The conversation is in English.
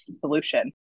solution